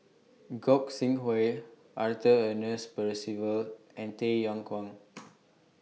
Gog Sing Arthur Ernest Percival and Tay Yong Kwang